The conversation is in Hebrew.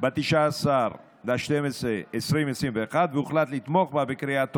ב-19 בדצמבר 2021 והוחלט לתמוך בה בקריאה טרומית.